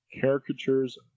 caricatures